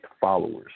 followers